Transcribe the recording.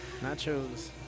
Nachos